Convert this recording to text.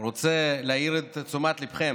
רוצה להעיר את תשומת ליבכם